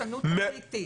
פרשנות תכליתית.